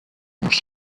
durch